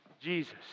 Jesus